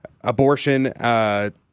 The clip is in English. abortion